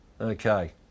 Okay